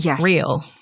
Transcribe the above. real